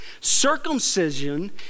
Circumcision